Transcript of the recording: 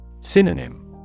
Synonym